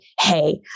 hey